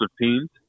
teams